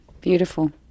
beautiful